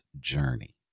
journey